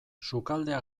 sukaldea